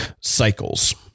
cycles